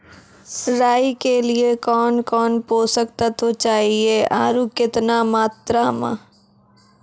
राई के लिए कौन कौन पोसक तत्व चाहिए आरु केतना मात्रा मे?